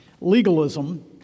Legalism